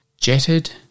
Jetted